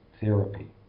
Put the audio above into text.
therapy